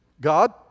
God